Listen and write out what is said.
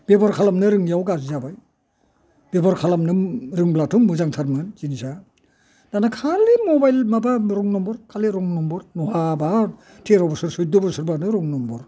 बेबहार खालामनो रोङियाव गाज्रि जाबाय बेबहार खालामनो रोंब्लाथ' मोजांथारमोन जिनिसा दाना खालि मबाइल माबा रं नाम्बार खालि रं नाम्बार नहा बाहा थेर' बोसोर सुइद' बोसोर बानो रं नाम्बार